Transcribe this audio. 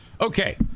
Okay